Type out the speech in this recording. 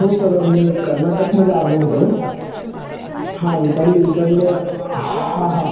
हो सर मी कर्नाटकमध्ये आलो होतो हां इकडले इकडले हां हां